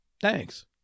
Thanks